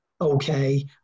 okay